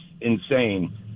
insane